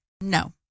no